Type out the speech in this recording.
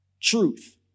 truth